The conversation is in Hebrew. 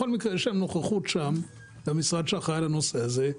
בכל מקרה יש להם נוכחות שם למשרד שאחראי על הנושא הזה.